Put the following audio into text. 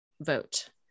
vote